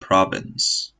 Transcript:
province